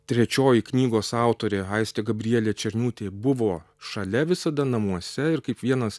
trečioji knygos autorė aistė gabrielė černiūtė buvo šalia visada namuose ir kaip vienas